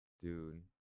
Dude